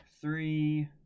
three